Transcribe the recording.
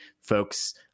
folks